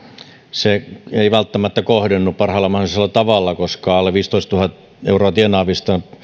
se ei välttämättä kohdennu parhaalla mahdollisella tavalla koska alle viisitoistatuhatta euroa tienaavista